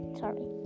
sorry